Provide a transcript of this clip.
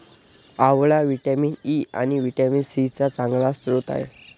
आवळा vitamin E आणि vitamin C चा चांगला स्रोत आहे